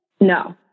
No